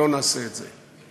לא נעשה את זה.